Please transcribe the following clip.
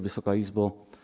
Wysoka Izbo!